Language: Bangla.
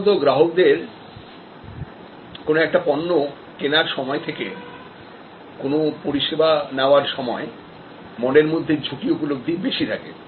সাধারণত গ্রাহকদের কোন একটা পণ্য কেনার সময় থেকেকোন পরিষেবা নেওয়ার সময় মনের মধ্যে ঝুঁকি উপলব্ধি বেশি থাকে